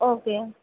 okay